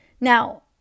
Now